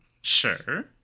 Sure